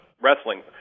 wrestling